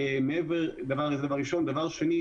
שנית,